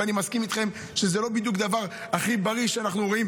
ואני מסכים איתכם שזה לא הדבר הכי בריא שאנחנו רואים,